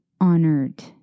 honored